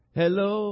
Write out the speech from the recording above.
hello